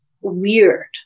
weird